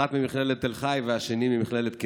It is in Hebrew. אחת ממכללת תל חי והאחר ממכללת כינרת,